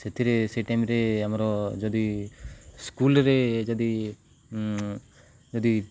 ସେଥିରେ ସେ ଟାଇମ୍ରେ ଆମର ଯଦି ସ୍କୁଲ୍ରେ ଯଦି ଯଦି